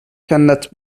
cannot